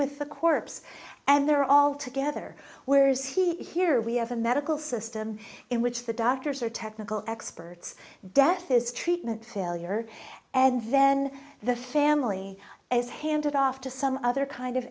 with the corpse and they're all together where is he here we have a medical system in which the doctors are technical experts death is treatment failure and then the family is handed off to some other kind of